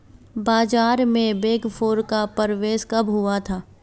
बाजार में Big Four का प्रवेश कब हुआ था?